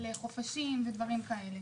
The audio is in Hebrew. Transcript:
לטובת חופשות ודברים מהסוג הזה.